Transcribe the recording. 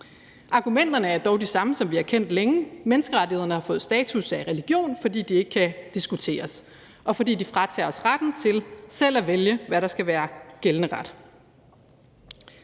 Argumenterne er dog de samme, som vi har kendt længe: Menneskerettighederne har fået status af religion, fordi de ikke kan diskuteres, og fordi de fratager os retten til selv at vælge, hvad der skal være gældende ret.